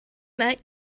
met